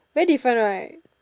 very different right